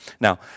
Now